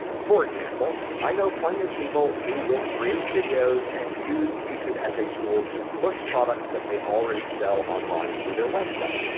for example, i know plenty of people who will create videos and use youtube as a tool to push products they already sell online through their website.